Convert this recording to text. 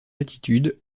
attitude